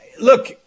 look